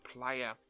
player